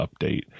update